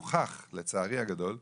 לצערי הגדול הוכח,